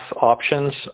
options